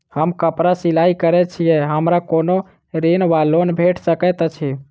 हम कापड़ सिलाई करै छीयै हमरा कोनो ऋण वा लोन भेट सकैत अछि?